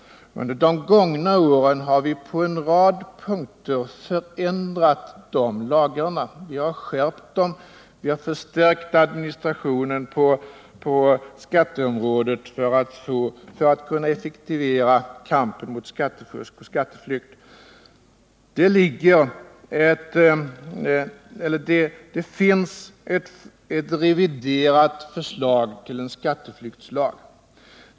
Under de gångna åren har vi på en rad punkter förändrat de lagarna. Vi har skärpt dem, och vi har förstärkt administrationen på skatteområdet för att kunna effektivera kampen mot skattefusk och skatteflykt. Det finns ett reviderat förslag till skatteflyktslag.